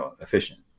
efficient